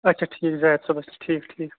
اچھا ٹھیٖک زاہِد صٲب اچھا ٹھیٖک ٹھیٖک